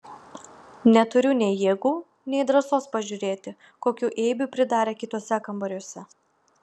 neturiu nei jėgų nei drąsos pažiūrėti kokių eibių pridarė kituose kambariuose